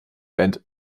band